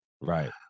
Right